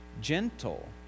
gentle